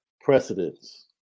precedents